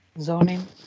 zoning